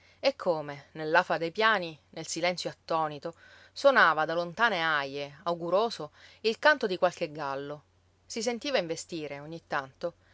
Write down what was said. e come nell'afa dei piani nel silenzio attonito sonava da lontane aje auguroso il canto di qualche gallo si sentiva investire ogni tanto